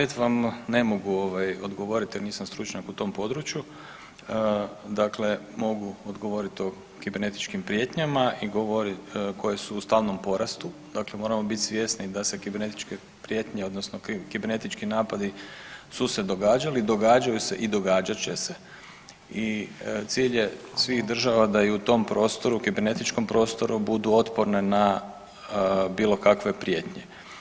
Za čl. 5. vam ne mogu odgovoriti jer nisam stručnjak u tom području dakle mogu govoriti o kibernetičkim prijetnjama koje su u stalnom porastu dakle moramo biti svjesni da se kibernetičke prijetnje odnosno kibernetički napadi su se događali, događaju se i događat će se i cilj je svih država da i u tom prostoru kibernetičkom prostoru budu otporne na bilo kakve prijetnje.